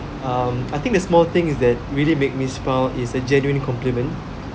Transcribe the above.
um I think there's more things that really make me smile is a genuine compliment